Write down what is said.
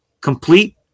complete